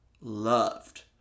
loved